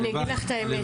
אני אגיד לך את האמת,